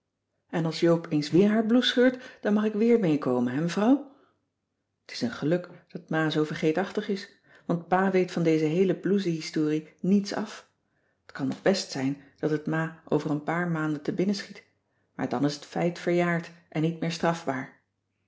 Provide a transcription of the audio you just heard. en als joop eens weer haar blouse scheurt dan mag ik weer meekomen hè mevrouw t is een geluk dat ma zoo vergeetachtig is want pa weet van deze heele blousehistorie niets af t kan nog best zijn dat het ma over een paar maanden te binnen schiet maar dan is het feit verjaard en niet meer strafbaar